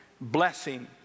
blessing